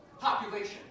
population